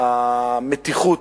המתיחות